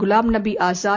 Ghulam Nabi Azad